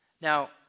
Now